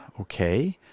Okay